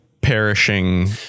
perishing